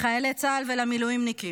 לחיילי צה"ל ולמילואימניקים.